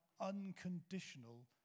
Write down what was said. unconditional